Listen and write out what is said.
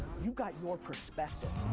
you got your perspective.